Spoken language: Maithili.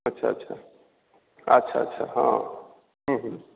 अच्छा अच्छा अच्छा अच्छा हँ हुँ हुँ